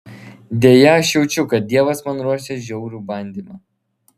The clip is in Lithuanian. deja aš jaučiu kad dievas man ruošia žiaurų bandymą